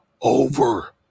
over